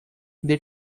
they